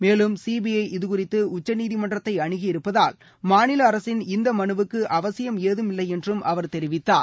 மேலும் சிபிஐ இது குறித்து உச்சநீதிமன்றத்தை அணுகியிருப்பதால் மாநில அரசின் இந்த மனுவுக்கு அவசியம் ஏதுமில்லை என்றும் அவர் தெரிவித்தார்